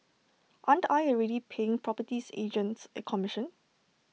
aren't I already paying properties agents A commission